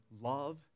love